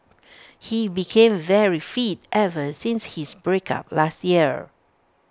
he became very fit ever since his breakup last year